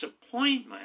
disappointment